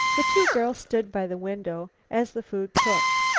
the two girls stood by the window as the food cooked.